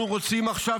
אנחנו רוצים עכשיו,